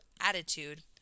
attitude